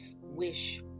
Wish